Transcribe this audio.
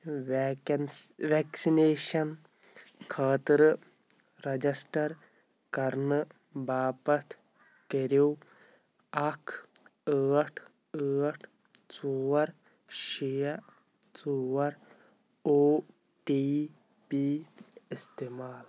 ویٚکیٚنٕس vaccination خٲطرٕ register کرنہٕ باپتھ کٔرِو اکھ ٲٹھ ٲٹھ ژور شےٚ ژور او ٹی پی استعمال